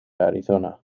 arizona